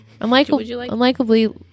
unlikably